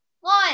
one